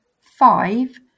Five